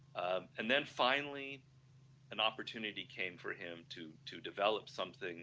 ah and then finally and opportunity came for him to to develop something